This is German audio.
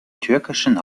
türkischen